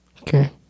Okay